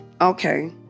Okay